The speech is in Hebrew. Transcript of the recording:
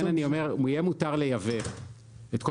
ולכן אני אומר: יהיה מותר לייבא את כל